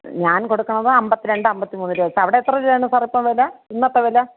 ഞാൻ കൊടുക്കുന്നത് അമ്പത്തി രണ്ട് അമ്പത്തി മൂന്ന് രൂപ വച്ച് അവിടെ എത്ര രൂപയാണ് സാർ ഇപ്പം വില ഇന്നത്തെ വില